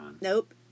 nope